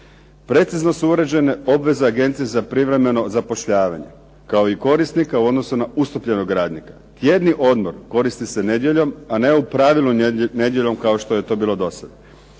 precizno su uređene obveze Agencije za privremeno zapošljavanje, kao i korisnika u odnosu na ustupljenog radnika. Tjedni odmor koristi se nedjeljom, a ne u pravilu nedjeljom kao što je to bilo dosad.